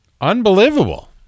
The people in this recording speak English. Unbelievable